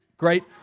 Great